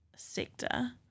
sector